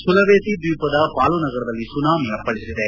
Sulawesi ದ್ವೀಪದ Palu ನಗರದಲ್ಲಿ tsunami ಅಪ್ಪಳಿಸಿದೆ